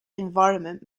environment